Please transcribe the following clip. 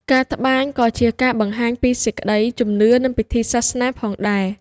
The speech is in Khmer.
ការត្បាញក៏ជាការបង្ហាញពីសេចក្តីជំនឿ និងពិធីសាសនាផងដែរ។